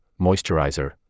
moisturizer